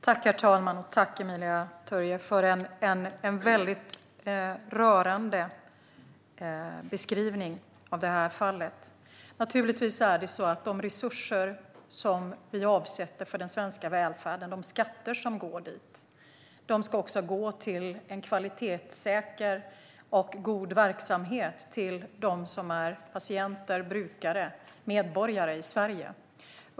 Herr talman! Tack, Emilia Töyrä, för en väldigt rörande beskrivning av det här fallet. De resurser som vi avsätter för den svenska välfärden och de skatter som går dit ska naturligtvis gå till en kvalitetssäker och god verksamhet för dem som är patienter, brukare och medborgare i Sverige.